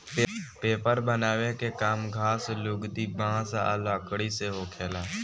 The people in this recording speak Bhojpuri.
पेपर बनावे के काम घास, लुगदी, बांस आ लकड़ी से होखेला